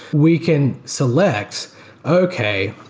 we can select okay,